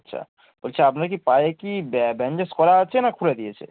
আচ্ছা বলছি আপনার কি পায়ে কি ব্যা ব্যান্ডেজ করা আছে না খুলে দিয়েছে